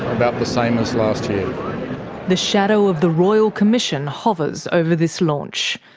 about the same as last the shadow of the royal commission hovers over this launch.